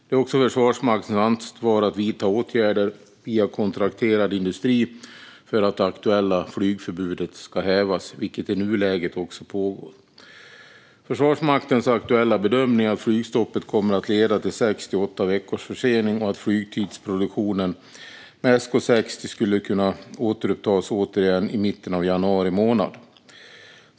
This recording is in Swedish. Det är också Försvarsmaktens ansvar att vidta åtgärder via kontrakterad industri för att det aktuella flygförbudet ska kunna hävas, vilket i nuläget också pågår. Försvarsmaktens aktuella bedömning är att flygstoppet kommer att leda till sex till åtta veckors försening och att flygtidsproduktionen med SK 60 skulle kunna återupptas i mitten av januari.